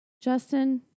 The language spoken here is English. Justin